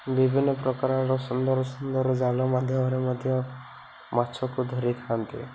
ବିଭିନ୍ନ ପ୍ରକାରର ସୁନ୍ଦର ସୁନ୍ଦର ଜାଲ ମାଧ୍ୟମରେ ମଧ୍ୟ ମାଛକୁ ଧରିଥାନ୍ତି